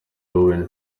owen